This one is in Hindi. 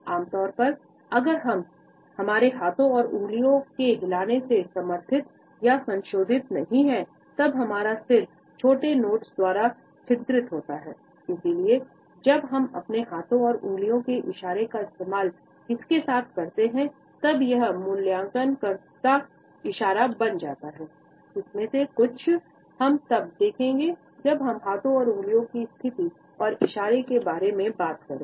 आम तौर पर अगर यह हमारे हाथों और उंगलियों के हिलने से समर्थित या संशोधित नहीं है इनमें से कुछ हम तब देखेंगे जब हम हाथों और उंगली की स्थिति और इशारों के बारे में बात करेंगे